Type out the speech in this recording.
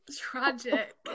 Tragic